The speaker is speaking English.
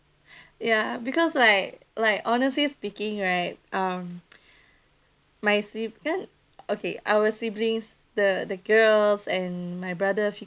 ya because like like honestly speaking right um my sib~ um okay our siblings the the girls and my brother